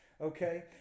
okay